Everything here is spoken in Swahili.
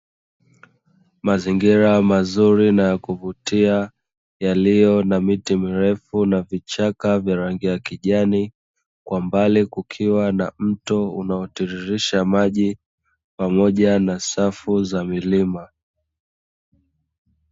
Mazingira mazuri na yakuvutia, yaliyo na miti mirefu na vichaka vya rangi ya kijani. Kwa mbali kukiwa na mto unaotiririsha maji, pamoja na safu za milima.